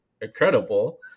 incredible